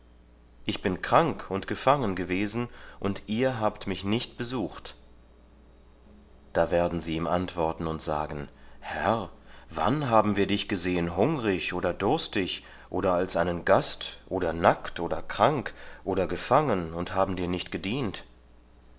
ich bin krank und gefangen gewesen und ihr habt mich nicht besucht da werden sie ihm antworten und sagen herr wann haben wir dich gesehen hungrig oder durstig oder als einen gast oder nackt oder krank oder gefangen und haben dir nicht gedient